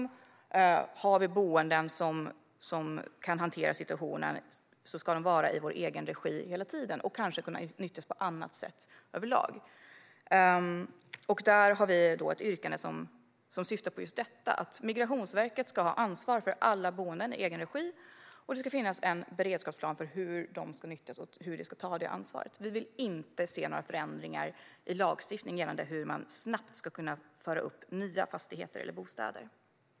Om vi ska ha boenden för att hantera en sådan situation ska de vara i egen regi hela tiden och kanske kunna nyttjas på ett annat sätt. Vi har ett yrkande som syftar på just det, nämligen att Migrationsverket ska ha ansvar för alla boenden i egen regi, och det ska finnas en beredskapsplan för hur de ska nyttjas och hur vi ska ta det ansvaret. Vi vill inte se några förändringar i lagstiftningen gällande hur man snabbt ska kunna uppföra nya fastigheter eller bostäder.